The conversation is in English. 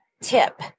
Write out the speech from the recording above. tip